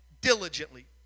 diligently